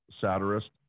satirist